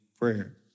prayer